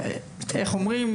איך אומרים?